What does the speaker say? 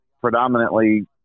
predominantly